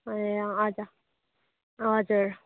ए हजुर हजुर